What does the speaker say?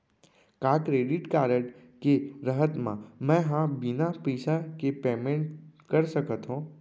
का credit card के रहत म, मैं ह बिना पइसा के पेमेंट कर सकत हो?